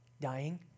Dying